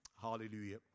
Hallelujah